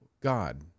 God